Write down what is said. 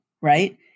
Right